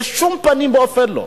בשום פנים ואופן לא.